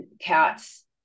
cats